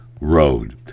road